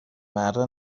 مردها